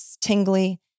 tingly